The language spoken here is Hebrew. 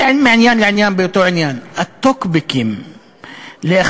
זה מעניין לעניין באותו עניין: הטוקבקים לאחר,